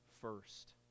first